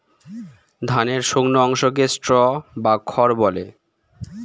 ধানের শুকনো অংশকে স্ট্র বা খড় বলে